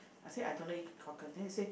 I say I don't like eat cockle then they say